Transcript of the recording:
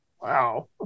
wow